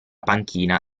panchina